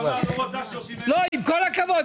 עם כל הכבוד,